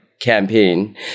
Campaign